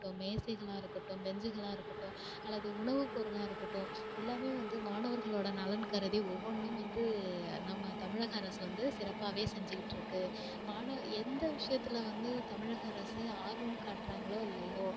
மேசைகளாக இருக்கட்டும் பெஞ்சுகளாக இருக்கட்டும் அல்லது உணவுப் பொருளாக இருக்கட்டும் எல்லாமே வந்து மாணவர்களோடய நலன் கருதி ஒவ்வொன்றும் வந்து நம்ம தமிழக அரசு வந்து சிறப்பாகவே செஞ்சுக்கிட்டுருக்குது மாண எந்த விஷயத்துல வந்து தமிழக அரசு ஆர்வம் காட்டுறாங்களோ இல்லையோ